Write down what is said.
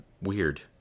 weird